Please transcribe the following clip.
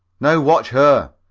now, watch her,